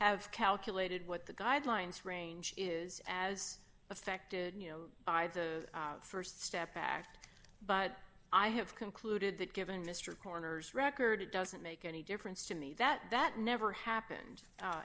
have calculated what the guidelines range is as affected by the st step act but i have concluded that given mr corners record it doesn't make any difference to me that that never happened a